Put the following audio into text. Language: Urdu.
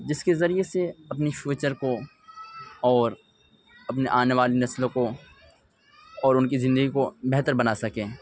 جس کے ذریعے سے اپنی فیوچر کو اور اپنے آنے والی نسلوں کو اور ان کی زندگی کو بہتر بنا سکیں